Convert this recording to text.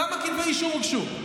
כמה כתבי אישום הוגשו,